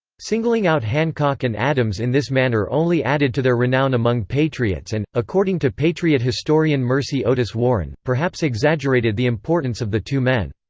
singling out hancock and adams in this manner only added to their renown among patriots and, according to patriot historian mercy otis warren, perhaps exaggerated the importance of the two men.